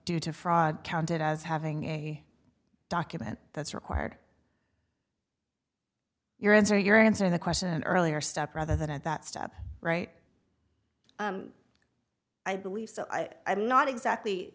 due to fraud counted as having a document that's required your answer your answer the question earlier stop rather than at that stop right i believe so i'm not exactly